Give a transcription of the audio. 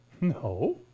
No